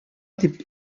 дип